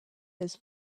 his